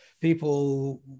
people